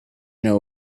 know